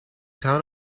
town